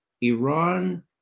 Iran